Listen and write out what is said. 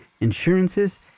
insurances